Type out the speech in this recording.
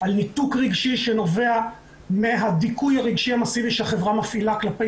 על ניתוק רגשי שנובע מהדיכוי הרגשי המאסיבי שהחברה הפעילה כלפי